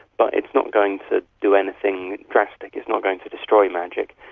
but it's not going to do anything drastic, it's not going to destroy magic,